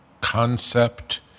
concept